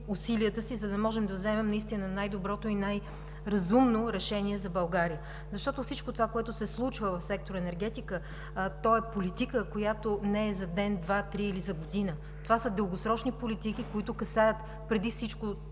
усилията си, за да можем да вземем наистина най-доброто и най-разумното решение за България. Защото всичко това, което се случва в сектор „Енергетика“, е политика, която не е за ден, два, три или за година, това са дългосрочни политики, които касаят преди всичко